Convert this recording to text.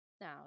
Now